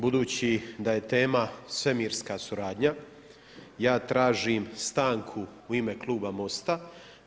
Budući da je tema svemirska suradnja, ja tražim stanku u ime kluba MOST-a.